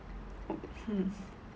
hmm